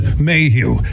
Mayhew